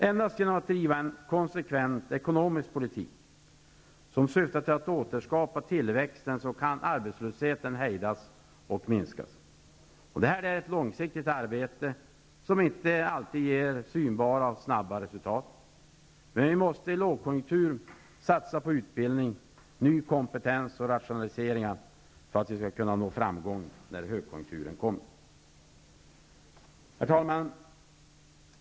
Endast genom att driva en konsekvent ekonomisk politik som syftar till att återskapa tillväxt kan arbetslösheten hejdas och minskas. Detta är ett långsiktigt arbete, som inte alltid ger synbara och snabba resultat. Vi måste i lågkonjunktur satsa på utbildning, ny kompetens och rationaliseringar för att vi skall kunna nå framgång när högkonjunkturen kommer. Herr talman!